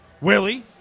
Willie